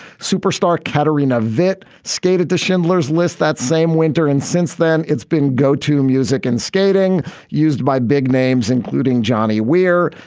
superstar catarina vitt skated to schindler's list that same winter. and since then it's been go to music and skating used by big names including johnny weir,